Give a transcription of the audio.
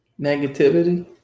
negativity